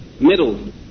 middle